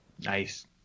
Nice